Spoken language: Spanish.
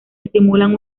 estimulan